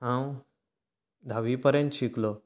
हांव धाव्वी पर्यंत शिकलो